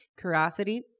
curiosity